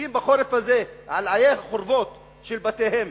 יושבים בחורף הזה על עיי החורבות של בתיהם,